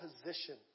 position